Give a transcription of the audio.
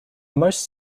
most